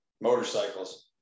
motorcycles